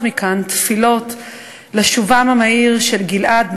מכאן תפילות לשובם המהיר של גיל-עד,